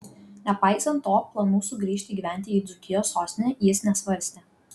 nepaisant to planų sugrįžti gyventi į dzūkijos sostinę jis nesvarstė